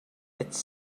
its